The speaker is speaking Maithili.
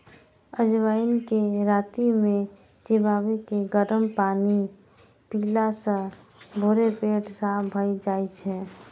अजवाइन कें राति मे चिबाके गरम पानि पीला सं भोरे पेट साफ भए जाइ छै